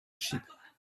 sheep